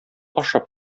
ашап